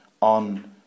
on